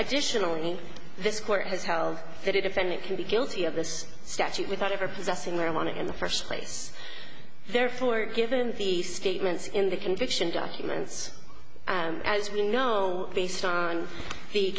additionally this court has held that if any can be guilty of this statute without ever possessing marijuana in the first place therefore given the statements in the conviction documents and as we know based on the